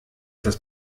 das